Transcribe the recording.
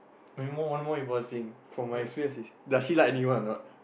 one more one more important thing from my face is does he like anyone or not